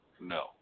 no